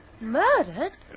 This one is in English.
Murdered